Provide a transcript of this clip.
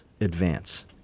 advance